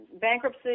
Bankruptcy